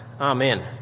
Amen